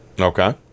Okay